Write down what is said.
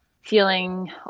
feeling